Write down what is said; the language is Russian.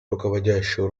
руководящую